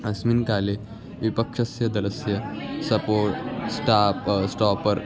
अस्मिन् काले विपक्षस्य दलस्य सपोर् स्टाप् स्टापर्